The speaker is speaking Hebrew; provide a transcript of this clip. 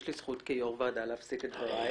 יש לי זכות כיו"ר ועדה להפסיק את דברייך.